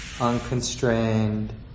unconstrained